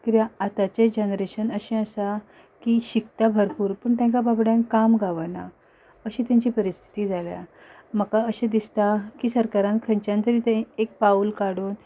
कित्याक आतांचें जॅनरेशन अशें आसा की शिकता भरपूर पूण तेंकां बाबड्यांक काम गावना अशी तेंची परिस्थिती जाल्या म्हाका अशें दिसता की सरकारान खंयच्यान तरी तें एक पावल काडून